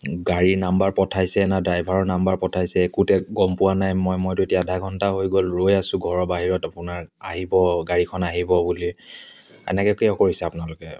গাড়ী নাম্বাৰ পঠাইছে না ড্ৰাইভাৰৰ নাম্বাৰ পঠাইছে একোতে গম পোৱা নাই মই মইতো এতিয়া আধা ঘণ্টা হৈ গ'ল ৰৈ আছোঁ ঘৰৰ বাহিৰত আপোনাৰ আহিব গাড়ীখন আহিব বুলি এনেকৈ কিয় কৰিছে আপোনালোকে